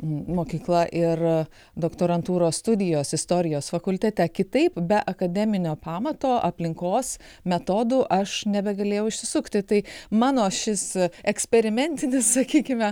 mokykla ir doktorantūros studijos istorijos fakultete kitaip be akademinio pamato aplinkos metodų aš nebegalėjau išsisukti tai mano šis eksperimentinis sakykime